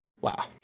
wow